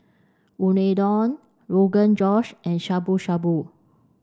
Unadon Rogan Josh and Shabu Shabu